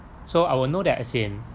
so I will know that as in